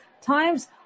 times